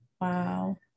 Wow